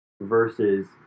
versus